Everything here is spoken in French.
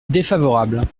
défavorable